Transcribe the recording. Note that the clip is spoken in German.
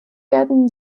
werden